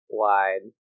wide